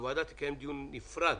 הוועדה תקיים דיון נפרד